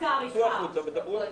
צאו החוצה ודברו.